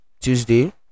tuesday